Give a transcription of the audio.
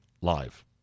Live